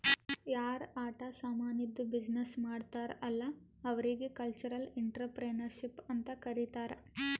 ಯಾರ್ ಆಟ ಸಾಮಾನಿದ್ದು ಬಿಸಿನ್ನೆಸ್ ಮಾಡ್ತಾರ್ ಅಲ್ಲಾ ಅವ್ರಿಗ ಕಲ್ಚರಲ್ ಇಂಟ್ರಪ್ರಿನರ್ಶಿಪ್ ಅಂತ್ ಕರಿತಾರ್